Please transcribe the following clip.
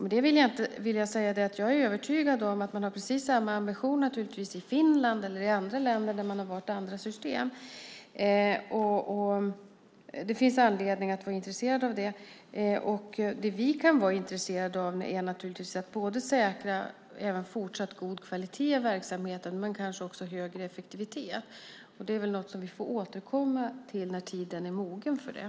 Med detta vill jag säga att jag är övertygad om att man har precis samma ambitioner i Finland och i andra länder, där man har valt andra system. Det finns anledning att vara intresserad av detta. Det vi kan vara intresserade av är naturligtvis både att säkra fortsatt god kvalitet i verksamheten och kanske också högre effektivitet. Detta får vi återkomma till när tiden är mogen för det.